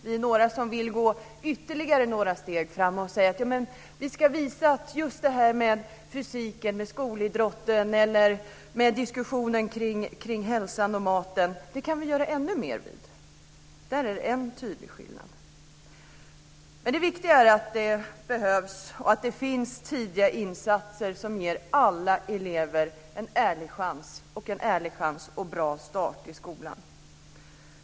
Vi är några som vill gå ytterligare några steg fram och säga: Vi ska visa att det går att göra mer åt skolidrotten, hälsan och maten. Det är en tydlig skillnad i inställning. Det viktiga är att det finns tidiga insatser som ger alla elever en ärlig chans och en bra start i skolan.